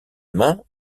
main